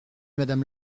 madame